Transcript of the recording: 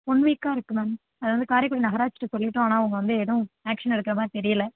one வீக்காக இருக்கு ma'am அது வந்து காரைக்குடி நகராட்சிகிட்ட சொல்லிவிட்டோம் ஆனால் அவங்க வந்து எதுவும் ஆக்ஷன் எடுக்கறமாதிரி தெரியல